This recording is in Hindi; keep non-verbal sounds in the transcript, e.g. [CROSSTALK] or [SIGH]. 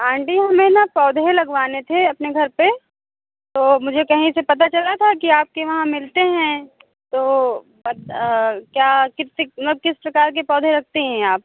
आंटी हमें न पौधे लगवाने थे अपने घर पर तो मुझे कहीं से पता चला था कि आपके वहाँ मिलते हैं तो [UNINTELLIGIBLE] क्या कितने मतलब किस प्रकार के पौधे रखती हैं आप